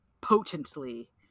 potently